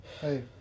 Hey